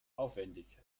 aufwendig